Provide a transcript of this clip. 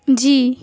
جی